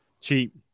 Cheap